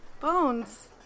Bones